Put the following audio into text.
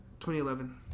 2011